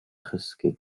chysgu